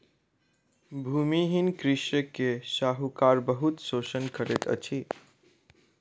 भूमिहीन कृषक के साहूकार बहुत शोषण करैत अछि